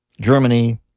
Germany